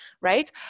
right